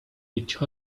each